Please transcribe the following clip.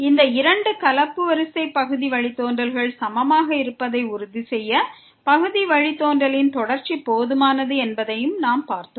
இந்த இரண்டு கலப்பு வரிசை பகுதி வழித்தோன்றல்கள் சமமாக இருப்பதை உறுதி செய்ய பகுதி வழித்தோன்றலின் தொடர்ச்சி போதுமானது என்பதையும் நாம் பார்த்தோம்